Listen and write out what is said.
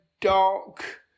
dark